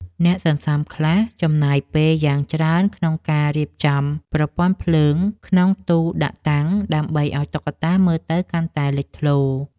អ្នកសន្សំខ្លះចំណាយពេលយ៉ាងច្រើនក្នុងការរៀបចំប្រព័ន្ធពន្លឺភ្លើងក្នុងទូដាក់តាំង ដើម្បីឱ្យតុក្កតាមើលទៅកាន់តែលេចធ្លោ។